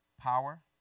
power